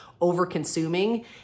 over-consuming